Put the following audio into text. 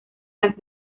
las